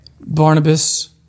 Barnabas